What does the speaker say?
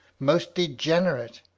most degenerate,